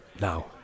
Now